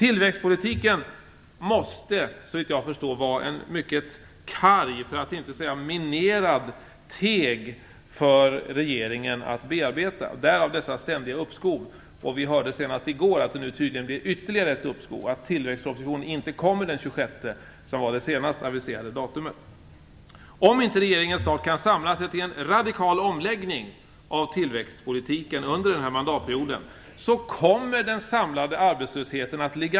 Tillväxtpolitiken måste såvitt jag förstår vara en mycket karg, för att inte säga minerad, teg för regeringen att bearbeta, därav dessa ständiga uppskov.